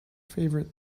favorite